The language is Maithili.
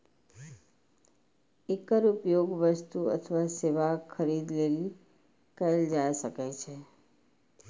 एकर उपयोग वस्तु अथवा सेवाक खरीद लेल कैल जा सकै छै